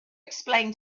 explain